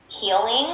healing